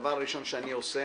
הדבר הראשון שאני עושה